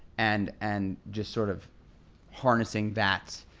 and and just sort of harnessing that.